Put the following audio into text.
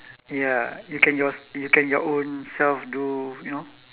ya you can your you can your own self do you know